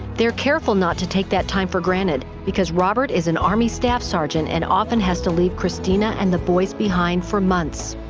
they're careful not to take that time for granted, because robert is an army staff sergeant, and often has to leave christina and the boys behind for months.